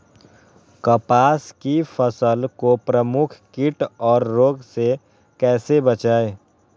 कपास की फसल को प्रमुख कीट और रोग से कैसे बचाएं?